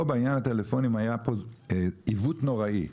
פה בעניין הטלפונים היה פה עיוות נוראי,